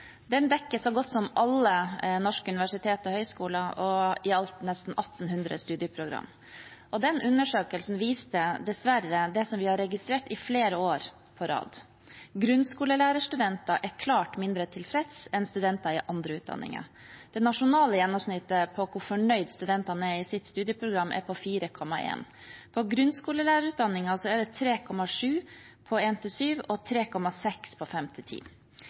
Den dekker så godt som alle norske universitet og høyskoler og i alt nesten 1 800 studieprogram. Den undersøkelsen viste dessverre det som vi har registrert i flere år på rad: Grunnskolelærerstudenter er klart mindre tilfreds enn studenter i andre utdanninger. Det nasjonale gjennomsnittet for hvor fornøyd studentene er i sitt studieprogram, er på 4,1. På grunnskolelærerutdanningene er det 3,7 på 1–7 og 3,6 på